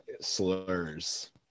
slurs